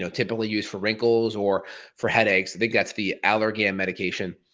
so typically used for wrinkles or for headaches that gets the allergy in medication,